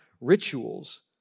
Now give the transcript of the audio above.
rituals